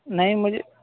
نہیں مجھے